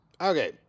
Okay